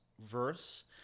verse